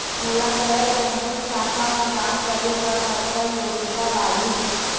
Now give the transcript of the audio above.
मोला गैर बैंकिंग शाखा मा काम करे बर कतक योग्यता लगही?